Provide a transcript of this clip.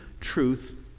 truth